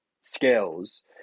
skills